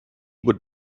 would